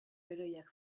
heroiak